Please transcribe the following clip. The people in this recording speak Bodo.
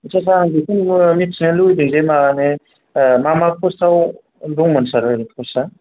आच्चा सार आं बेखौनो मिथिनो लुगैदों जे माने मा मा पस्तआव दंमोन सार ओरैनो पस्तआ